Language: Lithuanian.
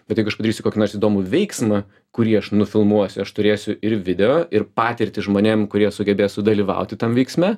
bet jeigu aš padarysiu kokį nors įdomų veiksmą kurį aš nufilmuosiu aš turėsiu ir video ir patirtį žmonėm kurie sugebės sudalyvauti tam veiksme